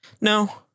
No